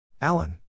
Alan